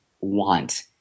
want